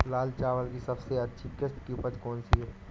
लाल चावल की सबसे अच्छी किश्त की उपज कौन सी है?